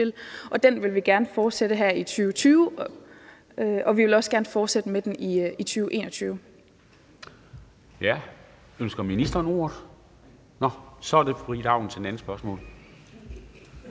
med den her afgiftsfritagelse i 2020, og vi vil også gerne fortsætte med den i 2021.